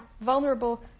vulnerable